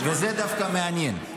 וזה דווקא מעניין.